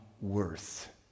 worth